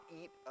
eat